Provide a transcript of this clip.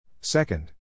Second